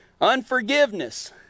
unforgiveness